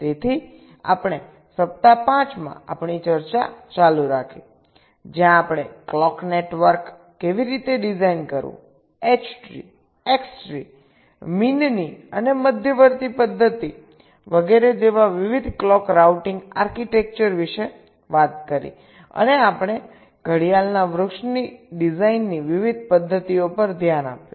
તેથી આપણે સપ્તાહ 5 માં આપણી ચર્ચા ચાલુ રાખી જ્યાં આપણે ક્લોક નેટવર્ક કેવી રીતે ડિઝાઇન કરવું એચ ટ્રી એક્સ ટ્રી મીનની અને મધ્યવર્તી પદ્ધતિ વગેરે જેવા વિવિધ ક્લોક રાઉટિંગ આર્કિટેક્ચર વિશે વાત કરી અને આપણે ઘડિયાળના વૃક્ષની ડિઝાઇનની વિવિધ પદ્ધતિઓ પર ધ્યાન આપ્યું